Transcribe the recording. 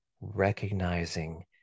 recognizing